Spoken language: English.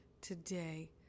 today